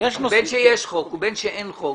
בין שיש חוק ובין שאין חוק.